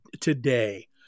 today